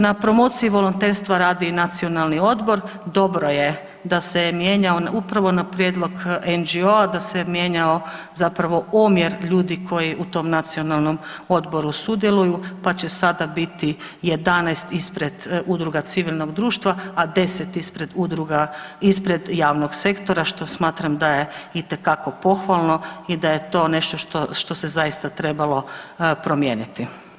Na promociji volonterstva radi i nacionalni odbor, dobro je da se mijenjao upravo na prijedlog NGO, da se je mijenjao zapravo omjer ljudi koji u tom nacionalnom odboru sudjeluju pa će sada biti 11 ispred udruga civilnog društva, a 10 ispred udruga, ispred javnog sektora što smatram da je itekako pohvalo i da je to nešto što se zaista trebalo promijeniti.